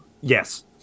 Yes